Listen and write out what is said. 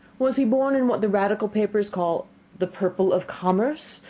was he born in what the radical papers call the purple of commerce,